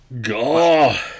God